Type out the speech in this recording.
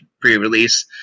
pre-release